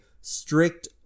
strict